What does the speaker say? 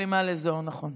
משלימה לזו, נכון.